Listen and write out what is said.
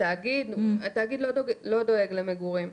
התאגיד, התאגיד לא דואג למגורים.